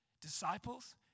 Disciples